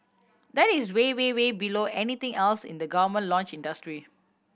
that is way way way below anything else in the government launch industry